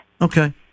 Okay